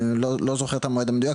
אני לא זוכר את המועד המדויק,